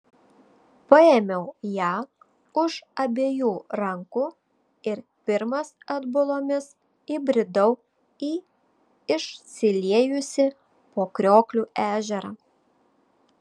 paėmiau ją už abiejų rankų ir pirmas atbulomis įbridau į išsiliejusį po kriokliu ežerą